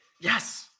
Yes